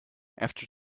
after